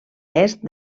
est